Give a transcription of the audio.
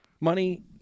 money